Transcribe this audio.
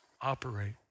operate